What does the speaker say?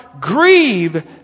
Grieve